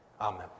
Amen